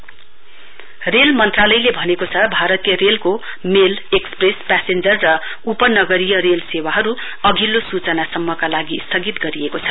railway rail मन्त्रालयले भनेको छ भारतीय रेलको मेला एकसप्रेसप्यासेन्जर र उपनगरीय रेल सेवा अघिल्लो सुचना सम्माका लागि स्थगित गरिएको छ